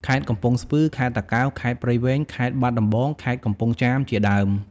ខេត្តកំពង់ស្ពឺ ខេត្តតាកែវ ខេត្តព្រៃវែង ខេត្តបាត់ដំបង ខេត្តកំពង់ចាម ជាដើម។